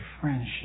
friendship